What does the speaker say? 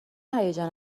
هیجان